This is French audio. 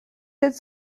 sept